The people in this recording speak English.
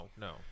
no